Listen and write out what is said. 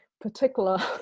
particular